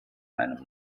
einem